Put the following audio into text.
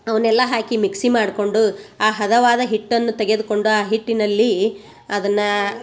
ಅವನ್ನೆಲ್ಲ ಹಾಕಿ ಮಿಕ್ಸಿ ಮಾಡ್ಕೊಂಡು ಆ ಹದವಾದ ಹಿಟ್ಟನ್ನು ತೆಗೆದುಕೊಂಡು ಆ ಹಿಟ್ಟಿನಲ್ಲಿ ಅದನ್ನ